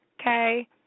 okay